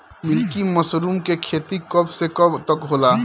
Milky mushroom के खेती कब से कब तक होला?